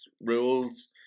rules